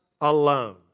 alone